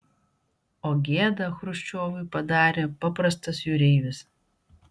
o gėdą chruščiovui padarė paprastas jūreivis